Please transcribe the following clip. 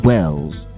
Wells